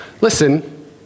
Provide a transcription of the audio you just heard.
Listen